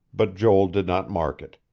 but joel did not mark it.